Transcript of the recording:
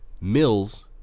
Mills